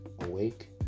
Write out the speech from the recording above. awake